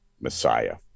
Messiah